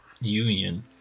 Union